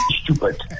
stupid